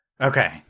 Okay